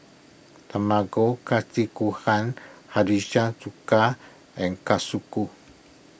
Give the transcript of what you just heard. Tamago Gohan Chuka and